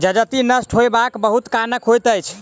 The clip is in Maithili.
जजति नष्ट होयबाक बहुत कारण होइत अछि